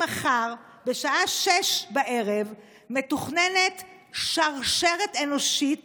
מחר בשעה 18:00 מתוכננת שרשרת אנושית